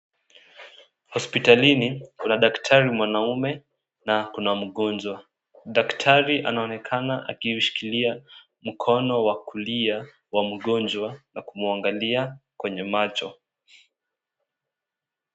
Hosipitalini kuna daktari mwanaume na kuna mgonjwa, daktari anaonekana akimshikilia mkono wakulia wa mgonjwa na kumuangalia kwenye macho.